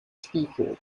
stiefel